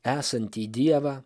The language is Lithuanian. esantį dievą